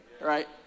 Right